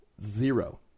Zero